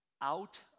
out